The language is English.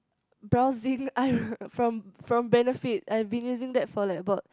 browsing eyebrow from from Benefit I have been using that for like about